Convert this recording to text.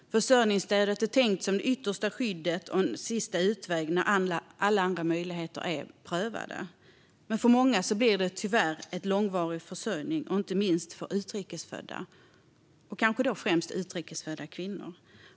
Försörjningsstödet är tänkt som det yttersta skyddet och en sista utväg när alla andra möjligheter är prövade, men för många blir det tyvärr en långvarig försörjning - inte minst för utrikesfödda, och då kanske främst utrikesfödda kvinnor.